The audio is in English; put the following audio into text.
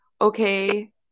okay